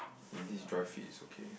and this dri fit is okay